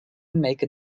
make